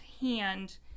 hand